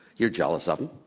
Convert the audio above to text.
you're jealous of them,